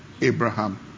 Abraham